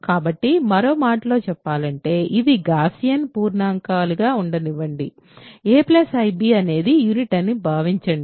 కాబట్టి మరో మాటలో చెప్పాలంటే ఇది గాస్సియన్ పూర్ణాంకంగా ఉండనివ్వండి a ib అనేది యూనిట్ అని భావించండి